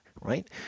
right